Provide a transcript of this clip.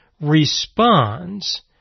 responds